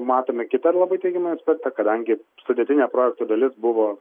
matome kitą labai teigiamą aspektą kadangi sudėtinė projekto dalis buvo